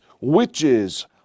witches